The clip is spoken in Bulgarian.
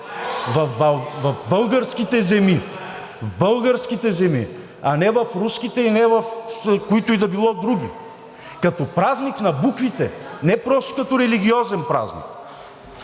в България в българските земи, а не в руските и не в които и да е било други като празник на буквите, не просто като религиозен празник.